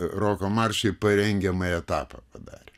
roko marše parengiamąjį etapą padarė